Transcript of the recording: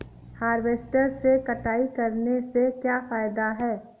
Harvester से कटाई करने से क्या फायदा है?